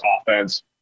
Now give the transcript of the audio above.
offense